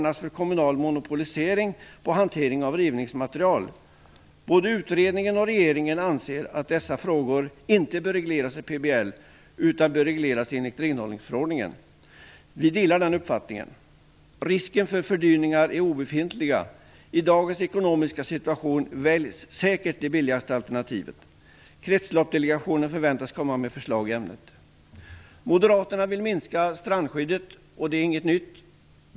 Både utredningen och regeringen anser att dessa frågor inte bör regleras i PBL utan bör regleras enligt renhållningsförordningen. Vi delar den uppfattningen. Risken för fördyringar är obefintliga. I dagens ekonomiska situation väljs säkert det billigaste alternativet. Kretsloppsdelegationen förväntas komma med förslag i ämnet. Moderaterna vill minska strandskyddet. Detta är inget nytt.